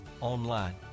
online